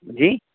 جی